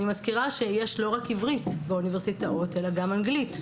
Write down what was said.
אני מזכירה שיש לא רק עברית באוניברסיטאות אלא גם אנגלית.